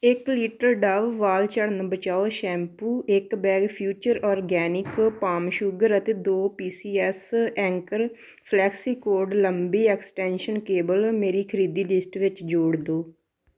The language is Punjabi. ਇੱਕ ਲੀਟਰ ਡਵ ਵਾਲ ਝੜਨ ਬਚਾਓ ਸ਼ੈਂਪੂ ਇੱਕ bag future organic palm sugar ਅਤੇ ਦੋ P C S Anchor Flexicord ਲੰਬੀ ਐਕਸਟੈਂਸ਼ਨ ਕੇਬਲ ਮੇਰੀ ਖਰੀਦੀ ਲਿਸਟ ਵਿੱਚ ਜੋੜ ਦਿਓ